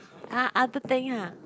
!huh! other thing ah